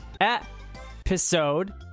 Episode